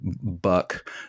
buck